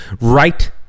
right